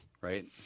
right